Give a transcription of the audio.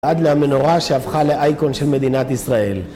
עד למנורה שהפכה לאייקון של מדינת ישראל